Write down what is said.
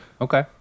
Okay